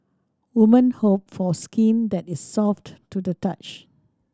women hope for skin that is soft to the touch